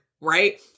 right